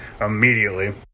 immediately